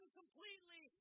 completely